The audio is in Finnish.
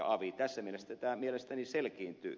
tässä mielessä tämä mielestäni selkiintyy